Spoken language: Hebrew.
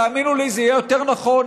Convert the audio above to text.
תאמינו לי, זה יהיה יותר נכון.